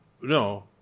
No